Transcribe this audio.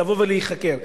לבוא ולהיחקר.